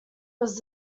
was